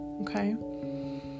okay